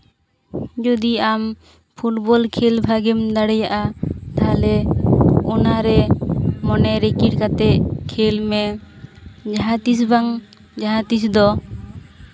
ᱡᱩᱫᱤ ᱟᱢ ᱯᱷᱩᱴᱵᱚᱞ ᱠᱷᱮᱞ ᱵᱷᱟᱜᱮᱢ ᱫᱟᱲᱮᱭᱟᱜᱼᱟ ᱛᱟᱦᱞᱮ ᱚᱱᱟᱨᱮ ᱢᱚᱱᱮ ᱨᱤᱠᱤᱲ ᱠᱟᱛᱮᱫ ᱠᱷᱮᱞᱢᱮ ᱡᱟᱦᱟᱸ ᱛᱤᱥ ᱵᱟᱝ ᱡᱟᱦᱟᱸ ᱛᱤᱥ ᱫᱚ